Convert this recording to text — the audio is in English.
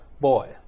Boy